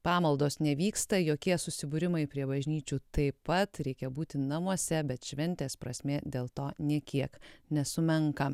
pamaldos nevyksta jokie susibūrimai prie bažnyčių taip pat reikia būti namuose bet šventės prasmė dėl to nei kiek nesumenka